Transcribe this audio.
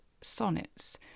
sonnets